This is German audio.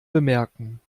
bemerken